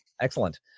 excellent